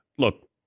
Look